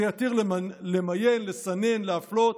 שיתיר למיין, לסנן, להפלות,